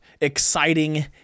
exciting